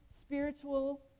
spiritual